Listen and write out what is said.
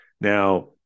Now